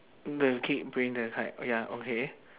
the kid playing the kite oh ya okay